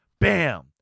Bam